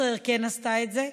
ישראייר כן עשתה את זה,